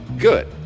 Good